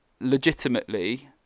legitimately